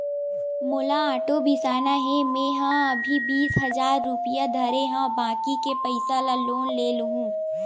मोला आटो बिसाना हे, मेंहा अभी बीस हजार रूपिया धरे हव बाकी के पइसा ल लोन ले लेहूँ